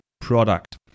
product